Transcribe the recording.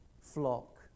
flock